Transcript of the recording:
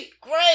great